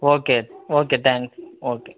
okay okay thanks okay